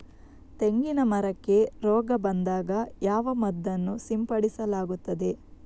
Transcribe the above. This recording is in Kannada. ತೆಂಗಿನ ಮರಕ್ಕೆ ರೋಗ ಬಂದಾಗ ಯಾವ ಮದ್ದನ್ನು ಸಿಂಪಡಿಸಲಾಗುತ್ತದೆ?